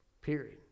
Period